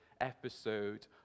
episode